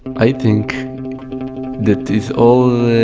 i think that is all,